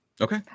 Okay